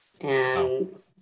and-